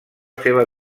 seva